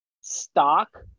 stock